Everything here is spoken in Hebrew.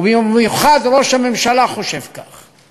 ובמיוחד ראש הממשלה חושב כך.